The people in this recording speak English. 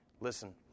listen